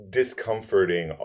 discomforting